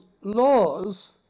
laws